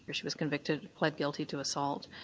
she was convicted, pled guilty to assault,